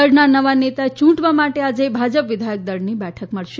દળના નવા નેતા યુંટવા માટે આજે ભાજપ વિધાયક દળની બેઠક મળશે